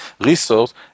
resource